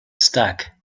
stuck